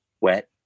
Wet